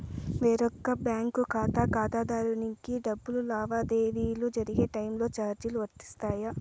వేరొక బ్యాంకు ఖాతా ఖాతాదారునికి డబ్బు లావాదేవీలు జరిగే టైములో చార్జీలు వర్తిస్తాయా?